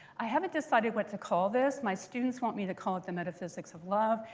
i haven't decided what to call this. my students want me to call it the metaphysics of love.